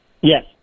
Yes